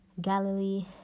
Galilee